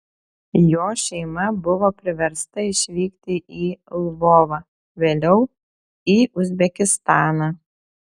jo šeima buvo priversta išvykti į lvovą vėliau į uzbekistaną